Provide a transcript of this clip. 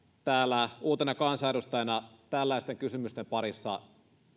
täällä uutena kansanedustajana tällaisten kysymysten parissa